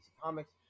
Comics